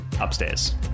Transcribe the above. Upstairs